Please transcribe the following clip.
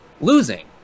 losing